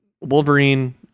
Wolverine